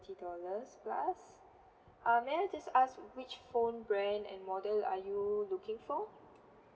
thirty dollars plus uh may I just ask which phone brand and model are you looking for